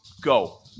Go